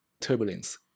turbulence